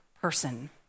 person